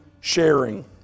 sharing